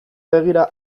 begira